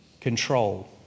control